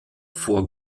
vor